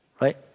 right